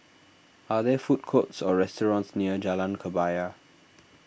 are there food courts or restaurants near Jalan Kebaya